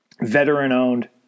veteran-owned